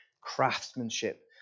craftsmanship